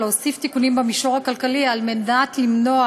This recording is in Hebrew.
להוסיף תיקונים במישור הכלכלי כדי למנוע